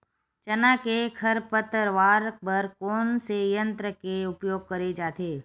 चना के खरपतवार बर कोन से यंत्र के उपयोग करे जाथे?